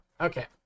Okay